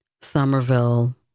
Somerville